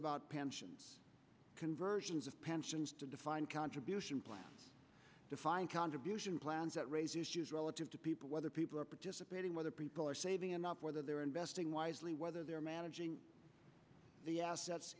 about pensions conversions of pensions to defined contribution plans defined contribution plans that raise issues relative to people whether people are participating whether people are saving enough whether they're investing wisely whether they're managing the assets